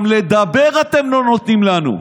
גם לדבר אתם לא נותנים לנו.